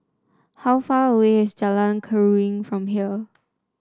how far away is Jalan Keruing from here